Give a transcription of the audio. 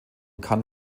kann